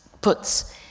puts